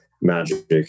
magic